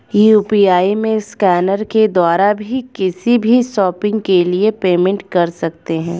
UPI में scanner के द्वारा भी किसी भी शॉपिंग के लिए पेमेंट कर सकते है